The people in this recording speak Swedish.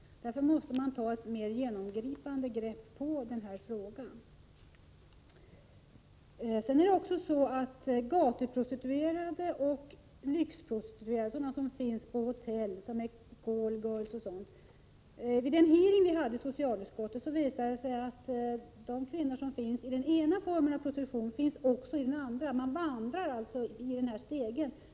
Därför måste vi ta ett mer genomgripande grepp på den här frågan. Gatuprostituerade och lyxprostituerade, sådana som finns på hotell, call-girls osv., visade sig vid en hearing vi hade i socialutskottet vara samma kvinnor. De som finns i den ena formen av prostitution finns också i den andra. De vandrar alltså på den här stegen.